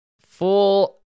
Full